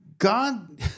God